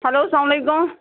hello سلام علیکُم